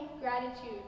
gratitude